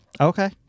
Okay